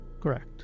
Correct